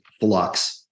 flux